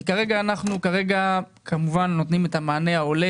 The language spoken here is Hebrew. כי אנחנו כרגע כמובן נותנים את המענה ההולם